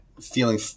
feeling